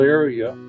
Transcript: area